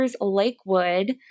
Lakewood